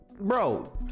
bro